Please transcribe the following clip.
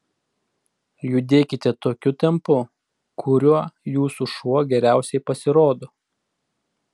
judėkite tokiu tempu kuriuo jūsų šuo geriausiai pasirodo